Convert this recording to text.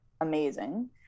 amazing